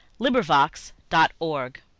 LibriVox.org